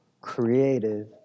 creative